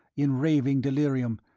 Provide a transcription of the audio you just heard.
in raving delirium,